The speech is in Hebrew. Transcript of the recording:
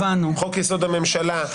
חוק יסוד: הממשלה,